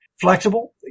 flexible